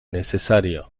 necesario